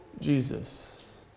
Jesus